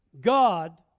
God